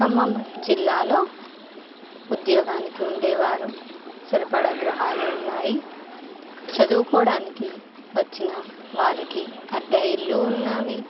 ఖమ్మం జిల్లాలో ఉద్యోగానికి ఉండేవారు సరిపడా గృహాలు ఉన్నాయి చదువుకోవడానికి వచ్చిన వారికి అద్దె ఇల్లు ఉన్నాయి